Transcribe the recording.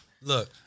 Look